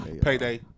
Payday